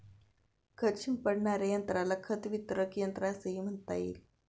खत शिंपडणाऱ्या यंत्राला खत वितरक यंत्र असेही म्हणता येईल